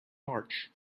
march